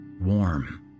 Warm